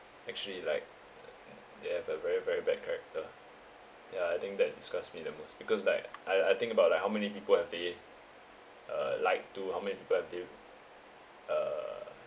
actually like they have a very very bad character ya I think that disgusts me the most because like I I think about like how many people have they uh lied to how many people have they uh